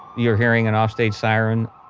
you're hearing an off stage siren.